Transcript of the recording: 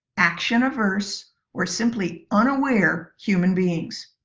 action-averse or simply unaware human beings.